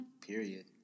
Period